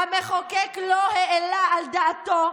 "המחוקק לא העלה על דעתו,